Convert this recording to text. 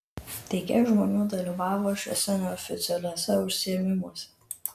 tai kiek žmonių dalyvavo šiuose neoficialiuose užsiėmimuose